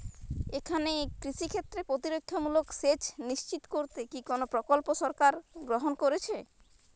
এখানে কৃষিক্ষেত্রে প্রতিরক্ষামূলক সেচ নিশ্চিত করতে কি কোনো প্রকল্প সরকার গ্রহন করেছে?